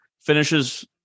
finishes